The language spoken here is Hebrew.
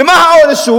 ומה העונש?